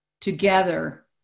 Together